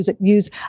use